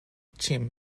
cheam